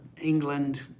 England